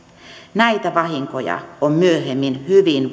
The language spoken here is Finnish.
näitä vahinkoja on myöhemmin hyvin